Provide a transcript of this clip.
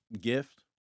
gift